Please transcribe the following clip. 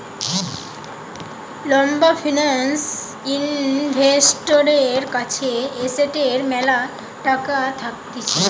লম্বা ফিন্যান্স ইনভেস্টরের কাছে এসেটের ম্যালা টাকা থাকতিছে